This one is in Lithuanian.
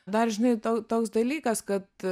dar žinai tau toks dalykas kad